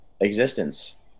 existence